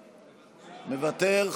מוותר.